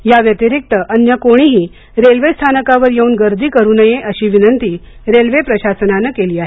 या व्यतिरिक्त अन्य कोणीही रेल्वे स्थानकावर येऊन गर्दी करू नये अशी विनंती रेल्वे प्रशासनाने केली आहे